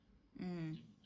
mm